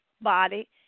body